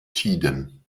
tiden